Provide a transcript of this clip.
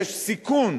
יש סיכון